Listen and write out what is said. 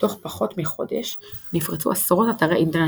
תוך פחות מחודש נפרצו עשרות אתרי אינטרנט